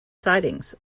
sightings